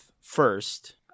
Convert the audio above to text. first